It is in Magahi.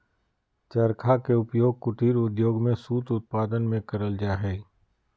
चरखा के उपयोग कुटीर उद्योग में सूत उत्पादन में करल जा हई